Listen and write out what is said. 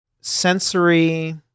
sensory